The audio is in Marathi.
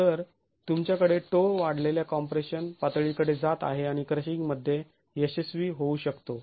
तर तुमच्याकडे टो वाढलेल्या कॉम्प्रेशन पातळीकडे जात आहे आणि क्रशिंग मध्ये यशस्वी होऊ शकतात